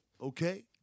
Okay